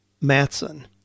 Matson